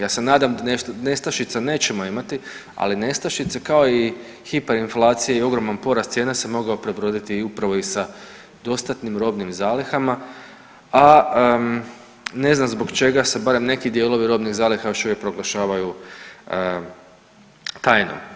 Ja se nadam da nestašice nećemo imati, ali nestašice kao i hiper inflacija i ogroman porast cijena se mogao prebroditi upravo i sa dostatnim robnim zalihama, a ne znam zbog čega se barem neki dijelovi robnih zaliha još uvijek proglašavaju tajnom.